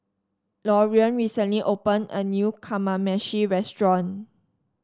Lorean recently opened a new Kamameshi Restaurant